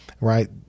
right